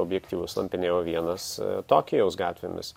objektyvu slampinėjau vienas tokijaus gatvėmis